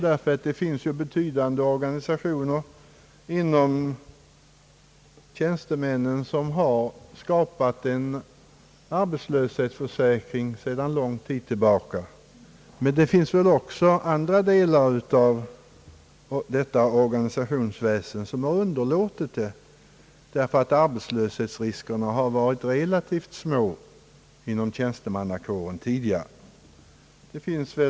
Det finns ju betydande organisationer bland tjänstemännen som har skapat en arbetslöshetsförsäkring redan för länge sedan, men det finns väl också andra delar av detta organisationsväsen som har underlåtit det, därför att arbetslöshetsriskerna inom tjänstemannakåren tidigare har varit relativt små.